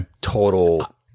total